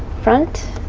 front